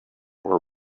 were